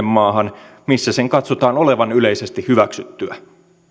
maahan missä sen katsotaan olevan yleisesti hyväksyttyä